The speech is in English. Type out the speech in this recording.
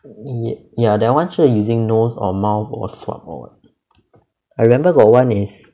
ya that [one] 是 using nose or mouth or swab or what I remember got one is